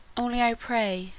only i pray,